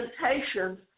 presentations